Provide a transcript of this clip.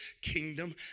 kingdom